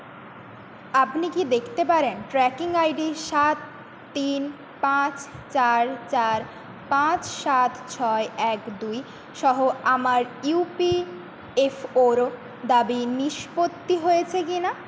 আপনি কি দেখতে পারেন ট্র্যাকিং আই ডি সাত তিন পাঁচ চার চার পাঁচ সাত ছয় এক দুই সহ আমার ইউ পি এফ ও রও দাবি নিষ্পত্তি হয়েছে কি না